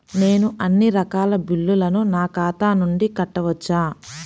నేను అన్నీ రకాల బిల్లులను నా ఖాతా నుండి కట్టవచ్చా?